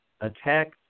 attack